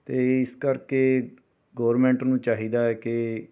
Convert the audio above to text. ਅਤੇ ਇਸ ਕਰਕੇ ਗੌਰਮੈਂਟ ਨੂੰ ਚਾਹੀਦਾ ਹੈ ਕਿ